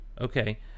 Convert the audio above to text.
Okay